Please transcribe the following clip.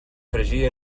fregir